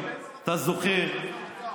אתה זוכר,